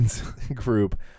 group